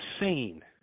insane